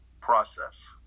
process